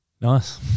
Nice